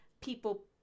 people